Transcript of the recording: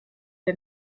der